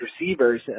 receivers